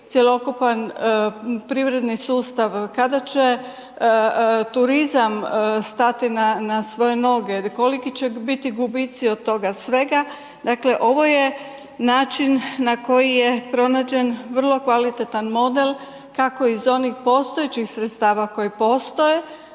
cjelokupan privredni sustav, kada će turizam stati na, na svoje noge, koliki će biti gubici od toga svega. Dakle, ovo je način na koji je pronađen vrlo kvalitetan model kako iz onih postojećih sredstva koji postoje,